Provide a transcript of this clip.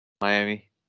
Miami